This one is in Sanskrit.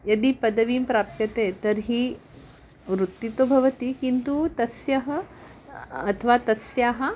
यदि पदवीं प्राप्यते तर्हि वृत्तिः तु भवति किन्तु तस्य अथवा तस्याः